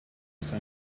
use